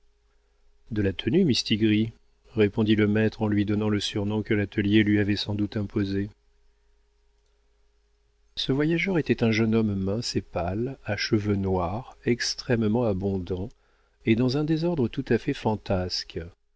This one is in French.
de la tenue mistigris répondit le maître en lui donnant le surnom que l'atelier lui avait sans doute imposé ce voyageur était un jeune homme mince et pâle à cheveux noirs extrêmement abondants et dans un désordre tout à fait fantasque